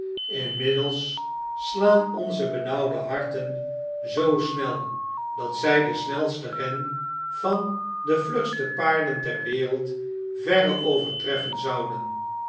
inmiddels slaan onze benauwde harten zoo snel dat zjj den snelsten ren van de vlugste paarden ter wereld verre overtreffen zouden